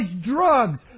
drugs